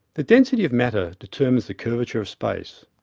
the density of matter determines the curvature of space.